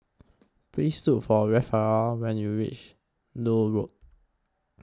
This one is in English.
Please Look For Rafaela when YOU REACH Lloyd Road